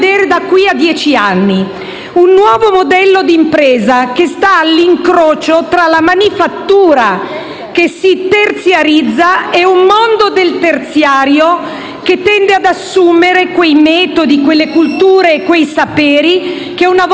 da qui a dieci anni. Penso a un nuovo modello d'impresa che sta all'incrocio tra la manifattura che si terziarizza e un mondo del terziario che tende ad assumere quei metodi, quelle culture e quei saperi che una volta